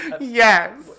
Yes